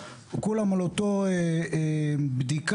בשביל זה אנחנו פה.